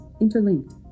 Interlinked